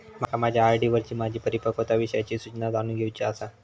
माका माझ्या आर.डी वरची माझी परिपक्वता विषयची सूचना जाणून घेवुची आसा